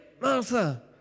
Martha